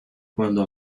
cuando